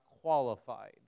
qualified